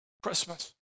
Christmas